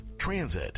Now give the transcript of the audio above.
transit